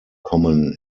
common